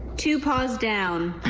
two paws down.